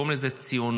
קוראים לזה ציונות.